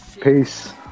Peace